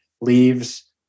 leaves